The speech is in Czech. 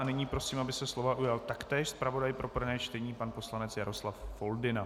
Nyní prosím, aby se slova ujal taktéž zpravodaj pro prvé čtení pan poslanec Jaroslav Foldyna.